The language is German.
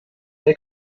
bei